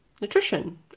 nutrition